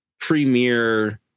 premier